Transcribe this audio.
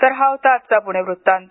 तर हा होता आजचा पुणे वृत्तांत